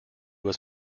was